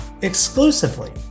exclusively